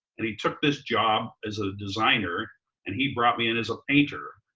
and he took this job as a designer and he brought me in as a painter.